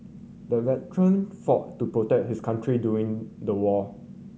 the veteran fought to protect his country during the war